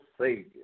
Savior